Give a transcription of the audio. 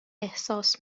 احساس